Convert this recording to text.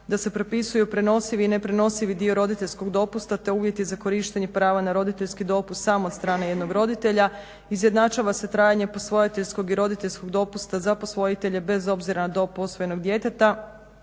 da se propisuju prenosivi i neprenosivi roditeljskog dopusta te uvjeti za korištenje prava na roditeljski dopust samo od strane jednog roditelja, izjednačava se trajanje posvajateljskog i roditeljskog dopusta za posvojitelje bez obzir na dob posvojenog djeteta